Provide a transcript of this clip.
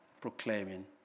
Proclaiming